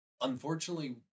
unfortunately